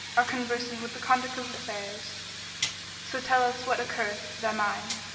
are conversant with the conduct of affairs so tell us what occurreth to thy mind.